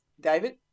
David